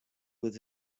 with